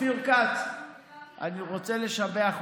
אופיר כץ, אני רוצה לשבח אותך,